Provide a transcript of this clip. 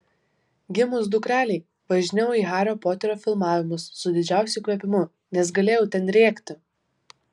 gimus dukrelei važinėjau į hario poterio filmavimus su didžiausiu įkvėpimu nes galėjau ten rėkti